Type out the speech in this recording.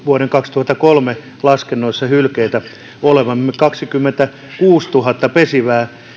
vuoden kaksituhattakolme laskennoissa arvioitu olevan hylkeitä neljäkymmentäkolmetuhatta ja kaksikymmentäkuusituhatta pesivää